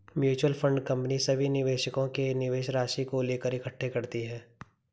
mutual fund company सभी निवेशकों के निवेश राशि को लेकर इकट्ठे करती है